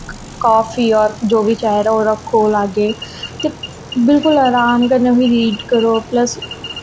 काफी होर जो बी चाहिदा ओह् रक्खो लाग्गै ते बिलकुल अराम कन्नै बी उसी रीड करो प्लस